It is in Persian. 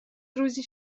روزی